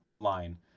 line